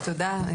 תודה.